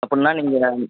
அப்பன்னா நீங்கள்